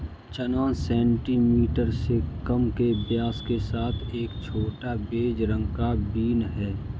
चना सेंटीमीटर से कम के व्यास के साथ एक छोटा, बेज रंग का बीन है